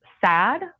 sad